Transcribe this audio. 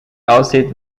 aussieht